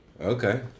okay